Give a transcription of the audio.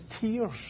tears